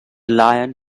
lion